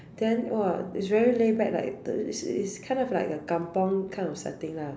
then !woah! it's very laid back like it's kind of like a kampung kind of setting lah